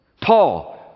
Paul